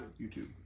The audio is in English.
YouTube